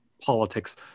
politics